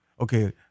Okay